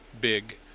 big